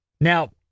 Now